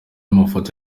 mafoto